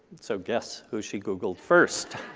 so guess who she googled first.